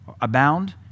abound